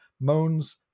moans